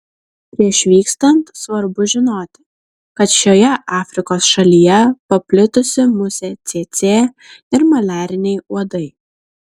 prieš vykstant svarbu žinoti kad šioje afrikos šalyje paplitusi musė cėcė ir maliariniai uodai